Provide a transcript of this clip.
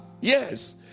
Yes